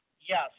yes